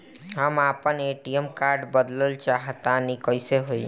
हम आपन ATM card बदलल चाह तनि कइसे होई?